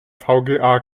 vga